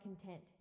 content